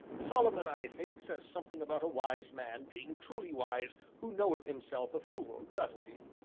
solomon, i think, says something about a wise man being truly wise who knoweth himself a fool, doesn't he?